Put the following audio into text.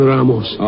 Ramos